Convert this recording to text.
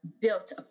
built